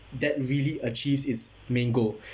that really achieves its main goal